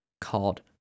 called